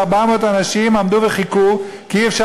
ש-400 אנשים עמדו וחיכו כי אי-אפשר